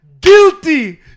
Guilty